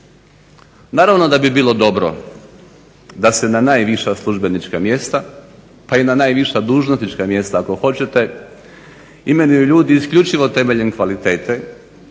Naravno da bi bilo dobro da se na najviša službenička mjesta pa i na najviša dužnosnička mjesta ako hoćete imenuju ljudi isključivo temeljem kvalitete,